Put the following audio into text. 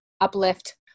uplift